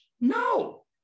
No